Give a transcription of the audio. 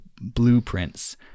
blueprints